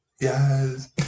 Yes